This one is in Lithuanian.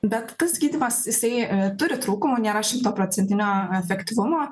bet tas gydymas jisai turi trūkumų nėra šimtaprocentinio efektyvumo